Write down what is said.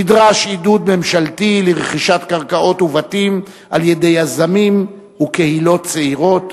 נדרש עידוד ממשלתי לרכישת קרקעות ובתים על-ידי יזמים וקהילות צעירות,